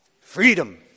Freedom